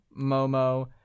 Momo